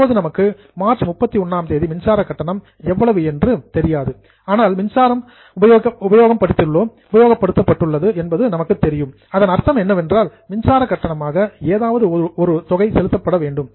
இப்போது நமக்கு மார்ச் 31ஆம் தேதி மின்சாரக் கட்டணம் எவ்வளவு என்று அன்அவேர் தெரியாது ஆனால் மின்சாரம் கன்ஸ்யூம்டு உபயோகப்படுத்தப்பட்டுள்ளது என்பது நமக்கு தெரியும் இதன் அர்த்தம் என்னவென்றால் மின்சார கட்டணமாக ஏதாவது ஒரு தொகை செலுத்தப்பட வேண்டும்